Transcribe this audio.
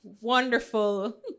wonderful